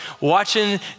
watching